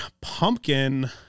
pumpkin